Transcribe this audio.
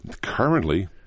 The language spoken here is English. Currently